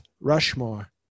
Rushmore